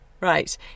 Right